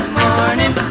morning